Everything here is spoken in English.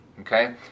okay